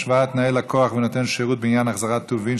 השוואת תנאי לקוח ונותן שירות בעניין החזרת טובין),